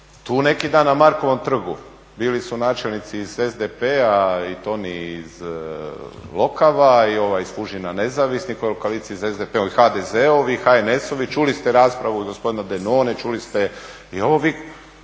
Tu neki dan na Markovom trgu bili su načelnici iz SDP-a i Toni iz Lokava i ovaj iz Fužina nezavisni koji je u koaliciji sa SDP-ovim i HNS-ovim. Čuli ste raspravu od gospodina Denone, čuli ste i ovo.